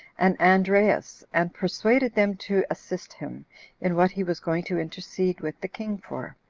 and andreas, and persuaded them to assist him in what he was going to intercede with the king for.